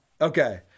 Okay